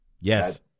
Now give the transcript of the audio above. Yes